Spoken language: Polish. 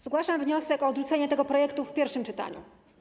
Zgłaszam wniosek o odrzucenie tego projektu w pierwszym czytaniu.